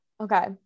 okay